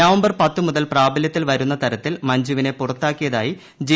November പത്ത് മുതൽ പ്രാബലൃത്തിൽ വരുന്ന തരത്തിൽ മഞ്ജുവിനെ പുറത്താക്കിയത്ത്തി ് ജെ